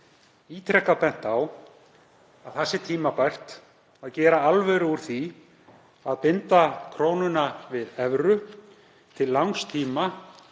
ítrekað bent á að tímabært sé að gera alvöru úr því að binda krónuna við evru til langs tíma